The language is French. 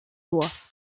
lois